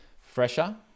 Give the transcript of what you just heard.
fresher